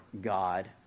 God